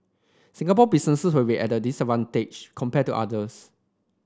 Singapore businesses will be ad disadvantage compared to others